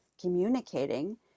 communicating